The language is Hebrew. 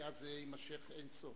כי אז זה יימשך עד אין-סוף.